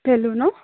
পেলু ন'